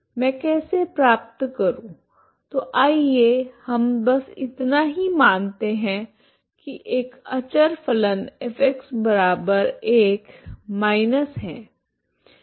मैं कैसे प्राप्त करूं तो आइए हम बस इतना ही मानते हैं कि एक अचर फलन F1 माइनस हैं माइनस एक विषम फलन है